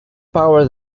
power